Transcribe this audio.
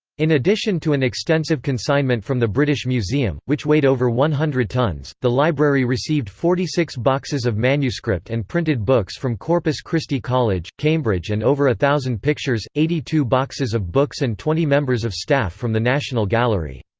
in addition to an extensive consignment from the british museum, which weighed over one hundred tons, the library received forty-six boxes of manuscript and printed books from corpus christi college, cambridge and over a thousand pictures, eighty-two boxes of books and twenty members of staff from the national gallery.